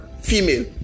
female